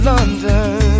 London